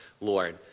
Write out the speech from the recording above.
Lord